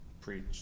Preach